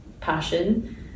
passion